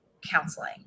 counseling